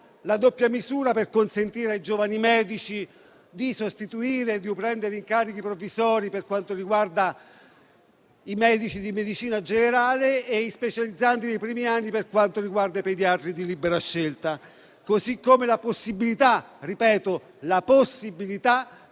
la doppia misura per consentire ai giovani medici di sostituire e di prendere incarichi provvisori, per quanto riguarda i medici di medicina generale, e agli specializzandi dei primi anni, per quanto riguarda i pediatri di libera scelta. Penso altresì alla possibilità